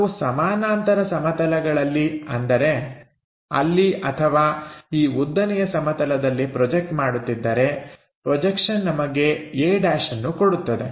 ನಾವು ಸಮಾನಾಂತರ ಸಮತಲಗಳಲ್ಲಿ ಅಂದರೆ ಇಲ್ಲಿ ಅಥವಾ ಈ ಉದ್ದನೆಯ ಸಮತಲದಲ್ಲಿ ಪ್ರೊಜೆಕ್ಟ್ ಮಾಡುತ್ತಿದ್ದರೆ ಪ್ರೊಜೆಕ್ಷನ್ ನಮಗೆ aʹ ಅನ್ನು ಕೊಡುತ್ತದೆ